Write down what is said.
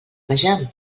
vejam